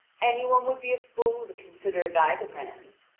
any one would be a fool to consider thy demands.